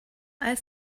als